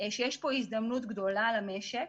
שיש פה הזדמנות גדולה למשק.